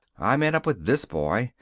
i met up with this boy,